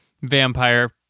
vampire